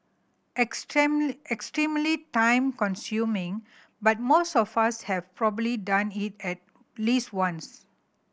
extremely time consuming but most of us have probably done it at least once